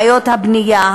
בעיות הבנייה,